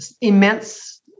Immense